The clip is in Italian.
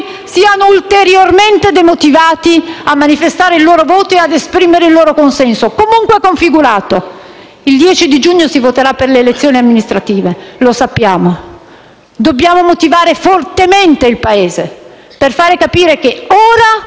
siano ulteriormente demotivati a manifestare il loro voto e ad esprimere il loro consenso, comunque configurato. Il 10 giugno si voterà per le elezioni amministrative, lo sappiamo. Dobbiamo motivare fortemente il Paese, per far capire che ora